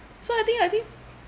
so I think I think